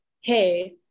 Hey